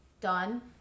done